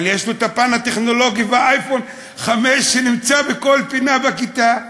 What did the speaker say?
אבל יש הפן הטכנולוגי ואייפון 5 שנמצא בכל פינה בכיתה,